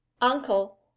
Uncle